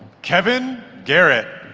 kevin gehret